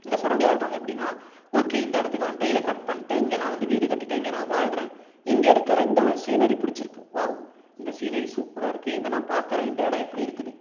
இந்த சுரண்டி வாழ்றவங்க எப்படின்னா ஓகே இந்த இடத்துக்கு வந்துட்டேன் இதை கட் பண்ணிட்டேன் இங்கே நான் வந்து வீடு கட்டிட்டேன் இங்கே நான் வாழ்கிறேன் இங்கே இருக்கிற இந்த ஒரு சீனரி பிடிச்சிருக்கு வாவ் இந்த சீனரி சூப்பராக இருக்கு இதை நான் பாக்கிறேன் இந்த எடம் இப்படி இருக்குது